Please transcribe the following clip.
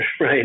right